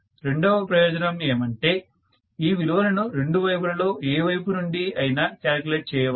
రెండవ ప్రయోజనం ఏమంటే ఈ విలువలను రెండు వైపులలో ఏ వైపు నుండి అయినా క్యాలిక్యులేట్ చేయవచ్చు